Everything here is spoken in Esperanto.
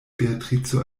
beatrico